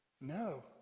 No